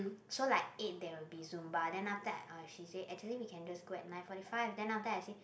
so like eight there will be Zumba then after that I uh she say actually we can just go at nine forty five then after that I say